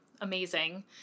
amazing